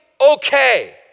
okay